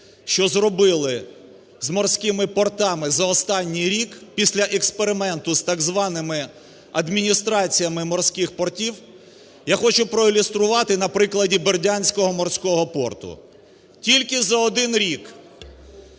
що зробили з морськими портами за останній рік після експерименту з так званими адміністраціями морських портів. Я хочу проілюструвати на прикладі Бердянського морського порту. Тільки за один рік